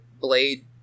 blade